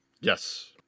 Yes